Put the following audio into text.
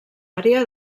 àrea